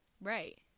right